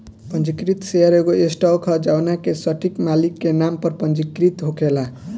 पंजीकृत शेयर एगो स्टॉक ह जवना के सटीक मालिक के नाम पर पंजीकृत होखेला